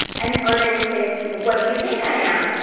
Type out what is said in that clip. and or they would say, what do you think i am?